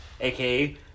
AKA